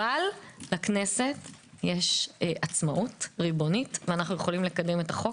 אבל לכנסת יש עצמאות ריבונית ואנחנו יכולים לקדם את החוק,